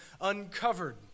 uncovered